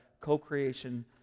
co-creation